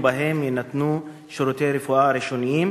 ובהם יינתנו שירותי רפואה ראשוניים,